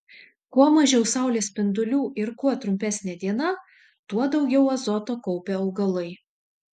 kuo mažiau saulės spindulių ir kuo trumpesnė diena tuo daugiau azoto kaupia augalai